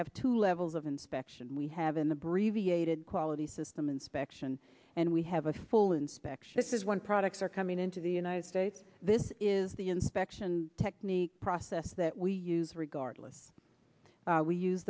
have two levels of inspection we have in the breviary a good quality system inspection and we have a full inspection is one products are coming into the united states this is the inspection technique process that we use regardless we use